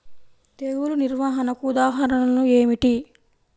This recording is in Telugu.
తెగులు నిర్వహణకు ఉదాహరణలు ఏమిటి?